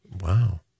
Wow